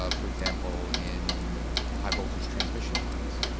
ah for example, in high voltage transmission lines,